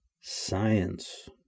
science